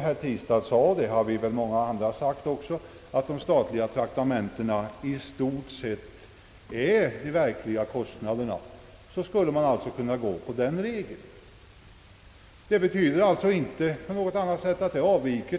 Herr Tistad sade — och det har väl många av oss andra också sagt — att de statliga traktamentena i stort sett täcker de verkliga kostnaderna. I sådant fall skulle man alltså kunna följa regeln om befrielse från uppgiftsskyldighet för dessa. Det betyder inte att man på något sätt avviker